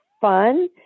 fun